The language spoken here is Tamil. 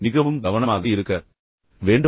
எனவே மிகவும் கவனமாக இருக்க வேண்டும்